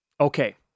Okay